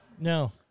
No